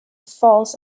false